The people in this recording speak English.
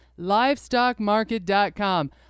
LivestockMarket.com